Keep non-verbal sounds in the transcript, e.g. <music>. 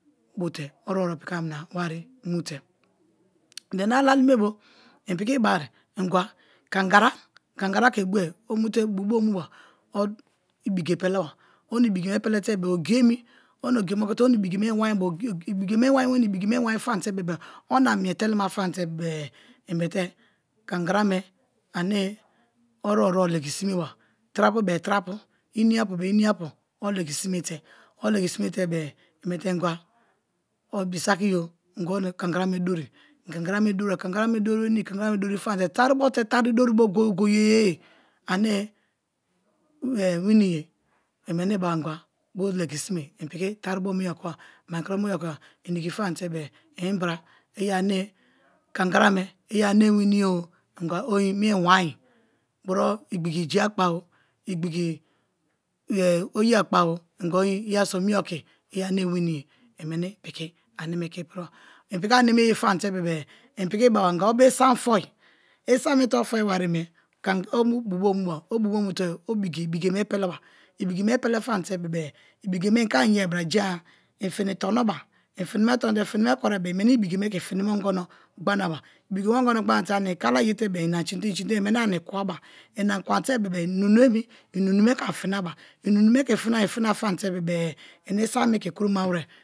Bete aruwomwo piki amina wari mute <noise> then alaline bo i piki i be-e ingwa kangara, kangara ke bue o mite bu bo muba o ibike peleba oni ibike me peletebe ogiye oni o ogiye me okitere or ibike me inwa in ba, ibike me inwain weni ibike me inwain famate-e o ani mie telema famate bebe-e ibite kangara me ane oruworuwo ligisine bu tra apu be-e tra apu ini apu be-e ini apu, olegi sime bu o legi sime bne-e i be ingwa o ibise-ki o, ingwa o kangara me dori, i kangara me dori o kangara me dori wenii famate tari bo te tari dori famabo goye-goye ane winni ye, i meni bereba igwabo legi sime, tari bo yea okiba, mai kraa mabo yea okiba, i diki famate bebe-e inbra i yeri ane kangara me i yeri ane wini ye-o ingwa sin me-e wain buro igbidi joi akpa o igbidi oyi akpa o ingwa oin iyeriso me-e oki iyeri ane wini ye i meni piki aneme ke ipiriba i piki aneme ye famate bebe-e i piki beba ingwa o bo isam foi isam me te o foi ba mu te-e o ibike me pelaba ibike me pele famate bebe-e ibike i ke ani yea bra jein-a i fini tono ba i fini me tonote finime kokrie be-e i meni ibike me ke finime ongono gbanaba ibike me ongona gbanate ani kala ye te-e i ani sini te i ani sin te-e meni ani kwaba i ani kwa te bebe-e nunu emi i nunu me ke ani finaba, i munu me ke fina-fina famate-e i isam me ke kuroma were.